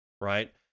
right